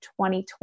2020